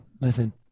listen